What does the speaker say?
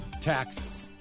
taxes